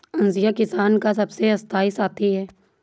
हंसिया किसान का सबसे स्थाई साथी है